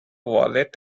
wallet